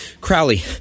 Crowley